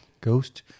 ghost